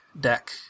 Deck